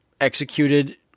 executed